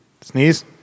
Sneeze